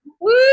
Woo